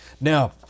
Now